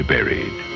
Buried